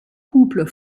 couple